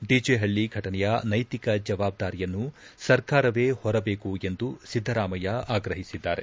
DJ ಪಳ್ಳ ಘಟನೆಯ ನೈತಿಕ ಜವಾಬ್ದಾರಿಯನ್ನು ಸರ್ಕಾರವೇ ಹೊರಬೇಕೆಂದು ಸಿದ್ದರಾಮಯ್ಯ ಆಗ್ರಹಿಸಿದ್ದಾರೆ